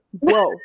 whoa